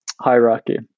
hierarchy